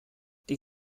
die